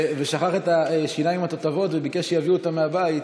ושכח את השיניים התותבות וביקש שיביאו אותן מהבית.